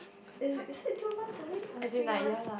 is is it two months only err three months